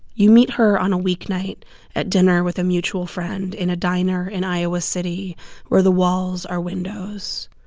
you meet her on a weeknight at dinner with a mutual friend in a diner in iowa city where the walls are windows.